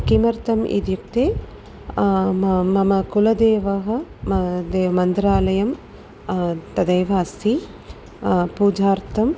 किमर्थम् इत्युक्ते मम मम कुलदेवः मम देवः मन्त्रालयं तदेव अस्सि पूजार्थं